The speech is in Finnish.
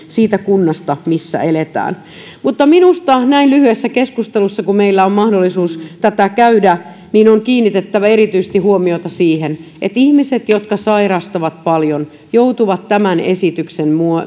kunnasta missä eletään mutta minusta näin lyhyessä keskustelussa kuin mikä meillä on mahdollisuus käydä on kiinnitettävä erityisesti huomiota siihen että ihmiset jotka sairastavat paljon joutuvat tämän esityksen